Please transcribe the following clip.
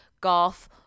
golf